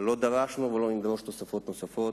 לא דרשנו ולא נדרוש תוספות נוספות.